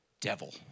devil